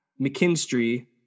McKinstry